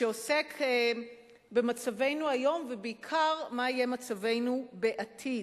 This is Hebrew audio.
שעוסק במצבנו היום, ובעיקר, מה יהיה מצבנו בעתיד.